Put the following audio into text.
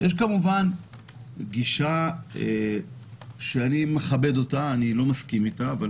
יש כמובן גישה שאני לא מסכים איתה אבל